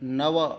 नव